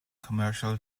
commercial